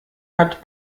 hat